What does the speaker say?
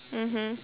mmhmm